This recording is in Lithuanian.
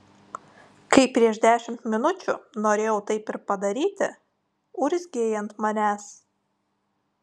kai prieš dešimt minučių norėjau taip ir padaryti urzgei ant manęs